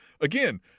Again